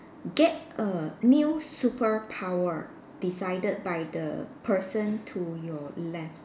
get a new superpower decided by the person to your left